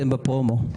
אתם בפרומו.